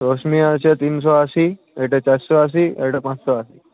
রোশনি আছে তিনশো আশি এটা চারশো আশি আর এটা পাঁচশো আশি